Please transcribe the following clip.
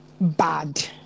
bad